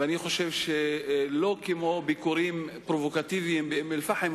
ואני חושב שלא כמו בביקורים הפרובוקטיביים באום-אל-פחם,